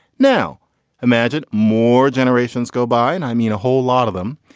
now imagine more generations go by and i mean a whole lot of them.